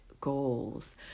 goals